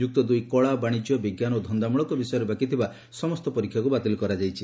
ଯୁକ୍ତଦୁଇ କଳା ବାଶିଜ୍ୟ ବିଙ୍କାନ ଓ ଧନ୍ଦାମୂଳକ ବିଷୟରେ ବାକିଥିବା ସମସ୍ତ ପରୀକ୍ଷାକୁ ବାତିଲ କରାଯାଇଛି